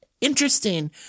interesting